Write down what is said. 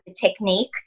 technique